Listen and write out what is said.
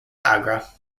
agra